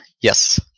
Yes